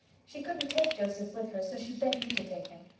she couldn't take joseph with her so she begged me to take him.